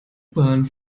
bahn